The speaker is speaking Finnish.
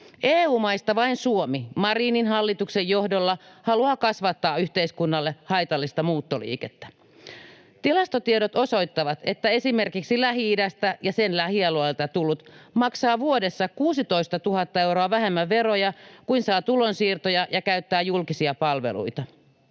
EU-maista vain Suomi — Marinin hallituksen johdolla — haluaa kasvattaa yhteiskunnalle haitallista muuttoliikettä. Tilastotiedot osoittavat, että esimerkiksi Lähi-idästä ja sen lähialueilta tullut maksaa vuodessa 16 000 euroa vähemmän veroja kuin saa tulonsiirtoja ja käyttää julkisia palveluita.